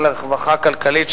מתכון לרווחה כלכלית",